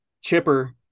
Chipper –